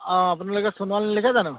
অঁ আপোনালোকে সোনোৱাল নিলিখে জানো